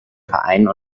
vereinen